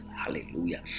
Hallelujah